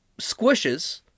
squishes